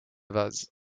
vase